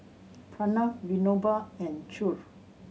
Pranav Vinoba and Choor